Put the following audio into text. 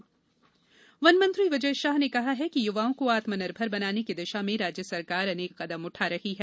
अध्ययन केन्द्र वनमंत्री विजय शाह ने कहा है कि युवाओं को आत्मनिर्भर बनाने की दिशा में राज्य सरकार के अनेक कदम उठा रही है